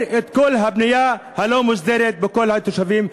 את כל הבנייה הלא-מוסדרת לכל התושבים,